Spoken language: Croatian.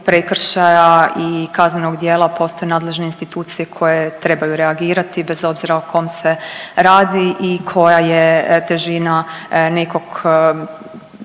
prekršaja i kaznenog djela postoje nadležne institucije koje trebaju reagirati bez obzira o kom se radi i koja je težina nekog